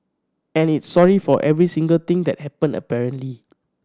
and it's sorry for every single thing that happened apparently